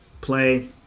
play